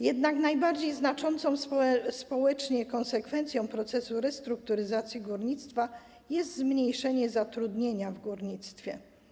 Jednak najbardziej znaczącą społecznie konsekwencją procesu restrukturyzacji górnictwa jest zmniejszenie zatrudnienia w górnictwie.